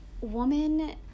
woman